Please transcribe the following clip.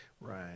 Right